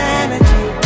energy